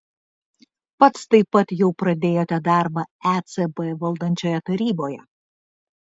pats taip pat jau pradėjote darbą ecb valdančioje taryboje